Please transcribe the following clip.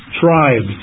tribes